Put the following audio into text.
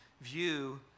view